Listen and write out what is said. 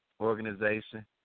organization